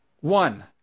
One